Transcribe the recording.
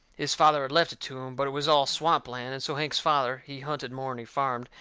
his father had left it to him, but it was all swamp land, and so hank's father, he hunted more'n he farmed,